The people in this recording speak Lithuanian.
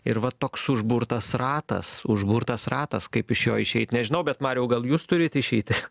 ir va toks užburtas ratas užburtas ratas kaip iš jo išeit nežinau bet mariau gal jūs turit išeitį